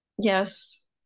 Yes